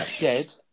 dead